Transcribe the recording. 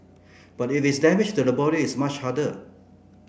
but if it's damage to the body it's much harder